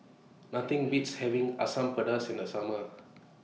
Nothing Beats having Asam Pedas in The Summer